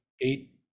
eight